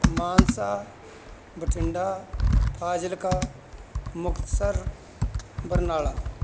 Mansa Bathinda Fazilka Muktsar Barnala